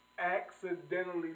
accidentally